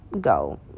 go